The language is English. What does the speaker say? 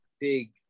big